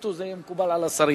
שיחליטו יהיה מקובל על השרים.